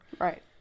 Right